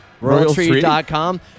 Royaltree.com